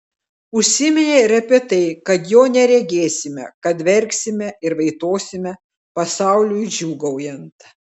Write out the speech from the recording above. užsiminė ir apie tai kad jo neregėsime kad verksime ir vaitosime pasauliui džiūgaujant